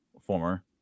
former